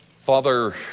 Father